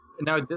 Now